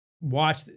watch